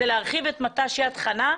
זה להרחיב את מט"ש יד חנה.